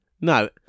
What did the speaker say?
No